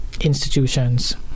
institutions